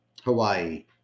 Hawaii